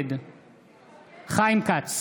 נגד חיים כץ,